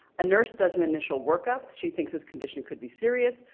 a nurse does an initial workup, she thinks his condition could be serious,